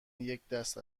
یکدست